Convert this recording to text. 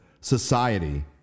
society